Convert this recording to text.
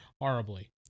Horribly